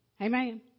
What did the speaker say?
Amen